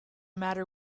matter